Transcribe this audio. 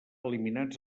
eliminats